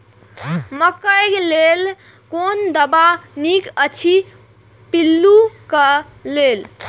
मकैय लेल कोन दवा निक अछि पिल्लू क लेल?